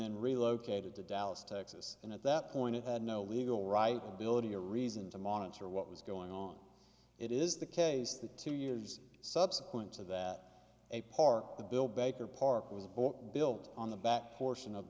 then relocated to dallas texas and at that point it had no legal right building a reason to monitor what was going on it is the case that two years subsequent to that a park the bill baker park was built on the back portion of